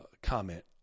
Comment